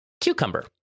Cucumber